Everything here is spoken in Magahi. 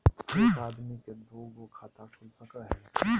एक आदमी के दू गो खाता खुल सको है?